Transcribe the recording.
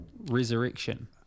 Resurrection